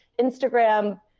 Instagram